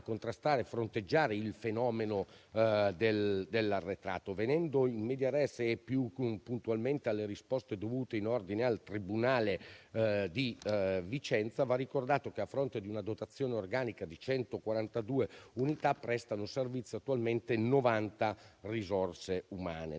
contrastare il fenomeno dell'arretrato. Venendo *in* *medias res* e più puntualmente alle risposte dovute in ordine al tribunale di Vicenza, va ricordato che a fronte di una dotazione organica di 142 unità, attualmente prestano servizio 90 risorse umane.